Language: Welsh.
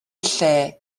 lle